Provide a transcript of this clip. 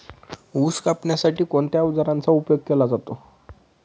ऊस कापण्यासाठी कोणत्या अवजारांचा उपयोग केला जातो?